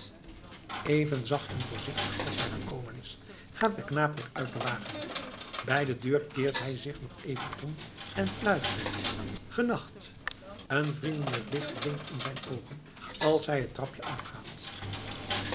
even zacht en voorzichtig als hij gekomen is gaat de knaap weer uit den wagen bij de deur keert hij zich nog even om en fluistert genacht een vriendelijk licht blinkt in zijn oogen als hij het trapje afgaat